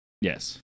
yes